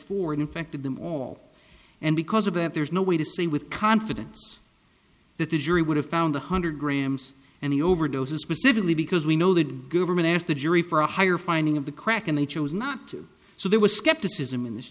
four infected them all and because of that there's no way to say with confidence that the jury would have found one hundred grams and he overdoses specifically because we know that government asked the jury for a higher finding of the crack and they chose not to so there was skepticism in this